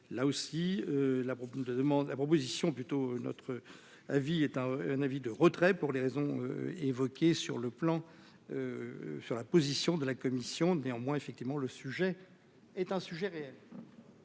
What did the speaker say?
plutôt notre avis et tu as un avis de retrait pour les raisons évoquées sur le plan sur la position de la Commission, néanmoins, effectivement, le sujet est un sujet réel.